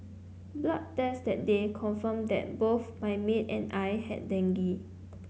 blood tests that day confirmed that both my maid and I had dengue